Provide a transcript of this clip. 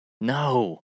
No